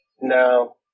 no